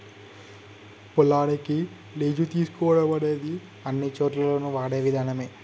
పొలాలను లీజు తీసుకోవడం అనేది అన్నిచోటుల్లోను వాడే విధానమే